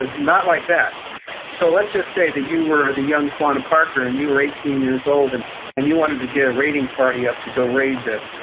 and not like that so let's just say that you were the young quanah parker, and you were eighteen years old and and you wanted to get a raiding party ah to go raid the,